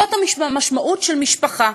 זאת המשמעות של משפחה.